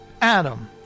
Adam